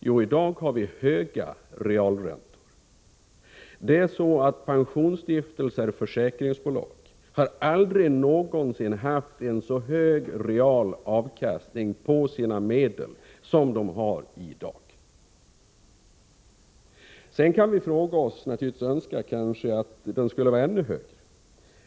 Jo, i dag har vi höga realräntor. Det är så att pensionsstiftelser och försäkringsbolag aldrig någonsin har haft en så hög real avkastning på sina medel som de har i dag. Sedan kan vi naturligtvis önska att avkastningen skulle vara ännu högre.